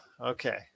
okay